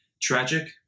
tragic